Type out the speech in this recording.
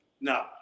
No